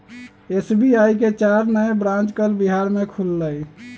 SBI के चार नए ब्रांच कल बिहार में खुलय